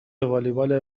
والیبال